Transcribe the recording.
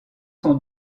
sont